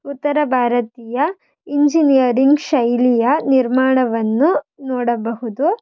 ಉತ್ತರ ಭಾರತೀಯ ಇಂಜಿನಿಯರಿಂಗ್ ಶೈಲಿಯ ನಿರ್ಮಾಣವನ್ನು ನೋಡಬಹುದು